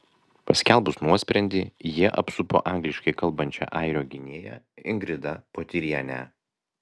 paskelbus nuosprendį jie apsupo angliškai kalbančią airio gynėją ingrida botyrienę